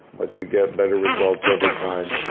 but you get better results over time.